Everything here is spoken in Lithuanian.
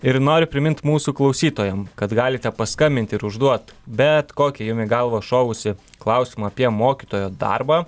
ir noriu primint mūsų klausytojam kad galite paskambint ir užduot bet kokį jum į galvą šovusį klausimą apie mokytojo darbą